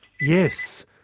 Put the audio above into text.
Yes